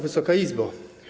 Wysoka Izbo!